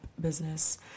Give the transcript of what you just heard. business